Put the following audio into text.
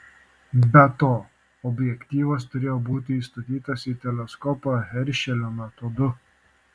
be to objektyvas turėjo būti įstatytas į teleskopą heršelio metodu